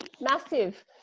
Massive